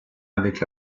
avec